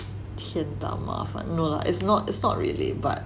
天大麻烦 no lah is not is not really but